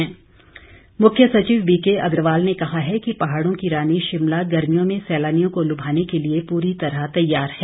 पर्यटन मुख्य सचिव बीके अग्रवाल ने कहा है कि पहाड़ों की रानी शिमला गर्मियों में सैलानियों को लुभाने के लिए पूरी तरह तैयार है